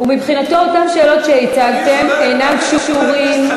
ומבחינתו אותן שאלות שהצגתם אינן קשורות,